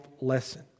lesson